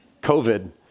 COVID